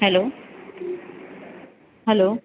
hello hello